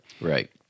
Right